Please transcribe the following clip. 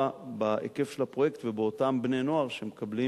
בהיקף של הפרויקט ובאותם בני-נוער שמקבלים